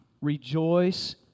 Rejoice